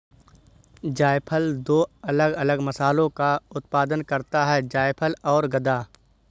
जायफल दो अलग अलग मसालों का उत्पादन करता है जायफल और गदा